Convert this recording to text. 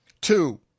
Two